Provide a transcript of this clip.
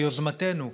ביוזמתנו,